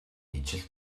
ижил